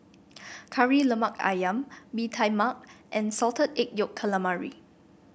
Kari Lemak ayam Bee Tai Mak and Salted Egg Yolk Calamari